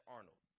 Arnold